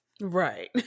Right